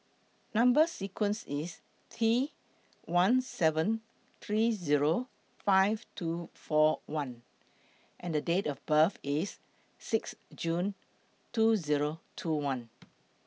Number sequence IS T one seven three Zero five two four one and The Date of birth IS six June two Zero two one